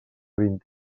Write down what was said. vint